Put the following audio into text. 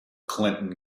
clinton